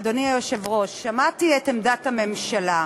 אדוני היושב-ראש, שמעתי את עמדת הממשלה.